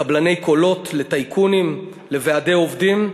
לקבלני קולות, לטייקונים, לוועדי עובדים,